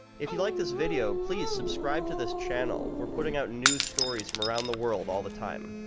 if you like this video, please subscribe to this channel. we're putting out new stories from around the world all the time.